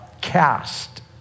cast